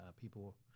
people